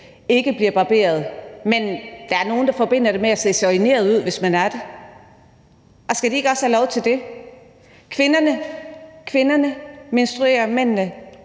at blive barberet, men der er nogle, der forbinder det med at se soigneret ud, hvis man er det, og skal de ikke også have lov til det? Kvinderne menstruerer, og mændene